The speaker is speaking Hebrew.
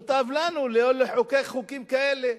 מוטב לנו לא לחוקק חוקים כאלה,